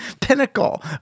pinnacle